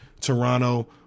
Toronto